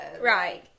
Right